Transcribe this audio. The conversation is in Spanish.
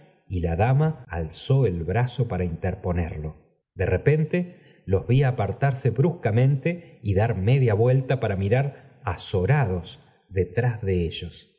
y la dama alzó el brazo para interponer de repente los vi tr s dfltrio l d s ywelfca paro mirar azorados detrás de ellos